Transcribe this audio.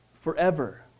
forever